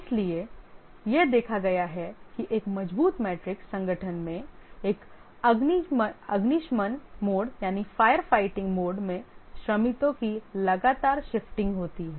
इसलिए यह देखा गया है कि एक मजबूत मैट्रिक्स संगठन में एक अग्निशमन मोड में श्रमिकों की लगातार शिफ्टिंग होती है